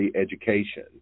education